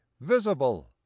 visible